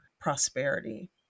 prosperity